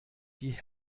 die